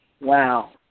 Wow